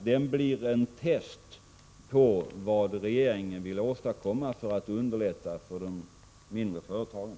Den blir en test på vad regeringen vill åstadkomma för att underlätta för de mindre företagen.